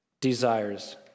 desires